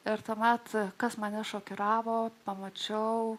ir tuomet kas mane šokiravo pamačiau